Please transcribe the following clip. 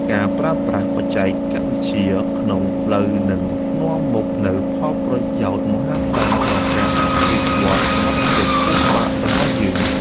ការប្រើប្រាស់បច្ចេកវិទ្យាក្នុងផ្លូវត្រូវនឹងនាំមកនូវផលប្រយោជន៍មហាសាលដល់ការអភិវឌ្ឍសមត្ថភាពខួរក្បាលរបស់យើង។